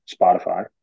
Spotify